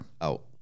out